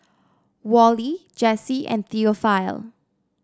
Wally Jesse and Theophile